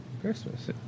Christmas